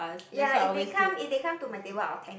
ya if they come if they come to my table I'll thank